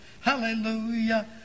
Hallelujah